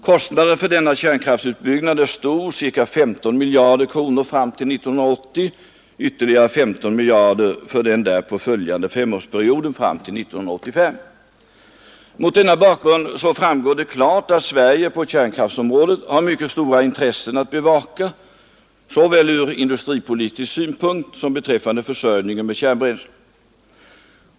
Kostnaden för denna kärnkraftutbyggnad är stor: ca 15 miljarder kronor fram till år 1980, och ytterligare 15 miljarder för den därpå följande femårsperioden fram till 1985. Mot denna bakgrund framstår det klart att Sverige på kärnkraftområdet har mycket stora intressen att bevaka såväl ur industripolitisk synpunkt som beträffande försörjningen med kärnbränsle.